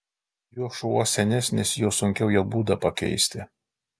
juo šuo senesnis juo sunkiau jo būdą pakeisti